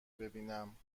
ببینم